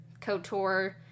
KOTOR